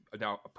now